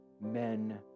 men